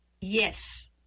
Yes